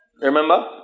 Remember